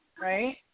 right